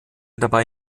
dabei